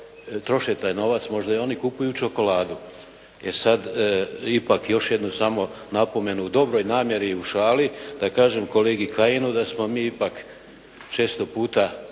troše taj novac, možda i oni kupuju čokoladu. E sad, ipak još jednu samo napomenu u dobroj namjeri i u šali da kažem kolegi Kajinu da smo mi ipak često puta